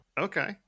Okay